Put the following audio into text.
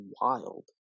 wild